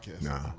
No